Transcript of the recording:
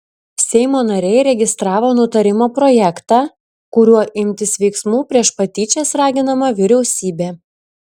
seimo nariai registravo nutarimo projektą kuriuo imtis veiksmų prieš patyčias raginama vyriausybė